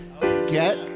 get